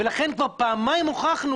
ולכן כבר פעמיים הוכחנו.